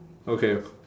okay